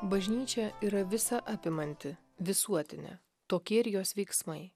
bažnyčia yra visa apimanti visuotinė tokie ir jos veiksmai